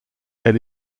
elle